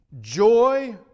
Joy